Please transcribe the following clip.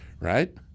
right